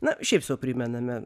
na šiaip sau primename